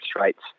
rates